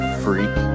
freak